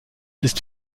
ist